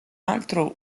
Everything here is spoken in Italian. altro